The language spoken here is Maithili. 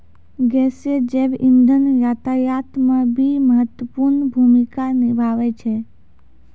गैसीय जैव इंधन यातायात म भी महत्वपूर्ण भूमिका निभावै छै